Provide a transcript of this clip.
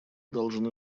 должны